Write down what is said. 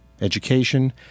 education